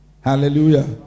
Hallelujah